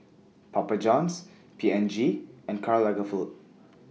Papa Johns P and G and Karl Lagerfeld